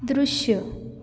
दृश्य